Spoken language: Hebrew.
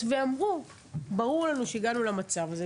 ואמרו: ברור לנו איך הגענו למצב הזה.